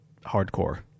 hardcore